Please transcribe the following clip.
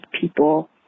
people